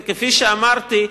וכפי שאמרתי,